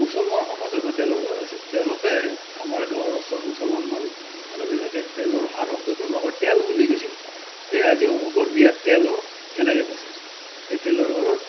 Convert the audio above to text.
মুছলমান সমাজতো তেলৰ ভাৰ আছিল তেওঁলোকে আমাৰ গাঁৱৰ ওচৰৰ মুছলমান মানুহ মানুহবিলাকে তেলৰ ভাৰ শব্দটো নকয় তেল বুলি কৈছিল এই আজি অমুকৰ বিয়াৰ তেল অ' এনেকে কৈছিল এই তেলৰ ভাৰত